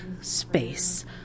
space